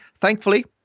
thankfully